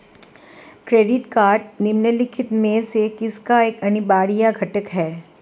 Credit card निम्नलिखित में से किसका एक अनिवार्य घटक है?